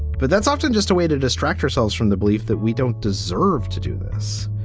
but that's often just a way to distract ourselves from the belief that we don't deserve to do this.